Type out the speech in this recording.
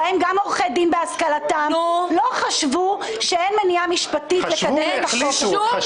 בהם גם עורכי דין בהשכלתם לא חשבו שאין מניעה משפטית לקדם את החוק הזה.